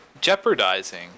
jeopardizing